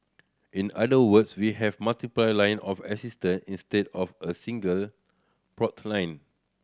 in other words we have multiple line of assistance instead of a single port line